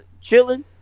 chilling